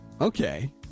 Okay